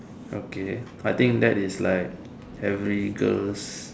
okay I think that is like every girl's